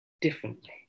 differently